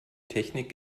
technik